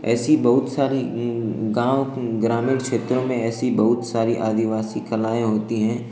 ऐसी बहुत सारी गाँव ग्रामीण क्षेत्रों में ऐसी बहुत सारी आदिवासी कलाएँ होती हैं